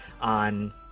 on